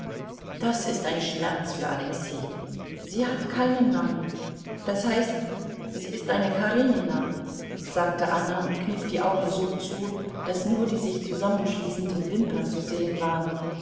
das ist ein schmerz für alexei sie hat keinen namen das heißt sie ist eine karenina sagte anna und kniff die augen so zu daß nur die sich zusammenschließenden wimpern zu sehen waren